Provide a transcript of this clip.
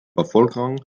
bevölkerung